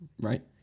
right